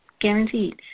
Guaranteed